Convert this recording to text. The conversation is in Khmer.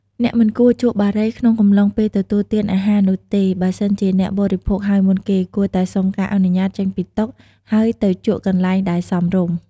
អ្នកមិនគួរ ជក់បារីក្នុងកំឡុងពេលទទួលទានអាហារ នោះទេ បើសិនជាអ្នកបរិភោគហើយមុនគេ គួរតែសំុការអនុញ្ញតចេញពីតុ ហើយទៅជក់កន្លែងដែលសមរម្យ។